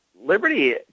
liberty